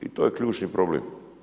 I to je ključni problem.